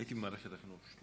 הייתי במערכת החינוך.